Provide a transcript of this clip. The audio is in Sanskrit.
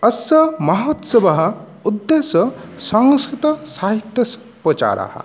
अस्य महोत्सवः उद्देश्य संस्कृतसाहित्यस्य प्रचाराः